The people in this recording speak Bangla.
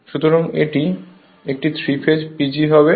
সুতরাং এটি 3 ফেজ এ PG হবে